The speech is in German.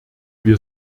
wir